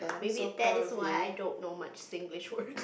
maybe that is why I don't know much Singlish word